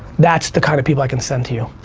that's the kind of people i can send to you.